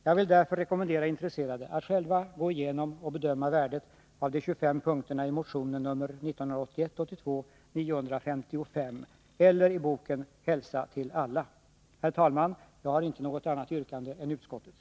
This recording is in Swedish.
Jag vill därför rekommendera intresserade att själva gå igenom och bedöma värdet av de 25 punkterna i motion 1981/82:955 eller i boken ”Hälsa-till alla”. Herr talman! Jag har inte något annat yrkande än utskottets.